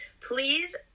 please